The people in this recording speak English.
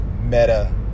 meta